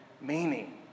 meaning